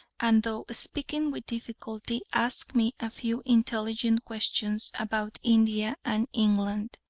and though speaking with difficulty, asked me a few intelligent questions about india and england.